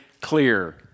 clear